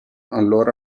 allora